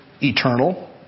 eternal